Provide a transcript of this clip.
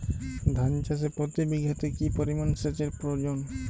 ধান চাষে প্রতি বিঘাতে কি পরিমান সেচের প্রয়োজন?